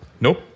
Nope